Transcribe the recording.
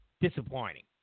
Disappointing